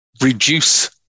reduce